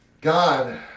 God